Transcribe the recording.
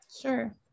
Sure